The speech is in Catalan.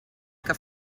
que